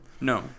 No